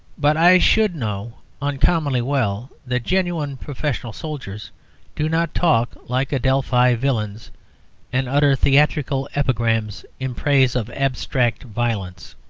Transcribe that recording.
but i should know uncommonly well that genuine professional soldiers do not talk like adelphi villains and utter theatrical epigrams in praise of abstract violence.